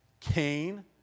Cain